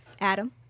Adam